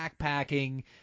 backpacking